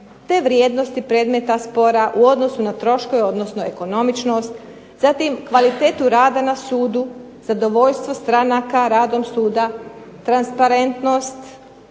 te vrijednosti predmeta spora u odnosu na troškove, odnosno ekonomičnost, zatim kvalitetu rada na sudu, zadovoljstvo stranaka radom suda, transparentnost,